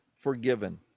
forgiven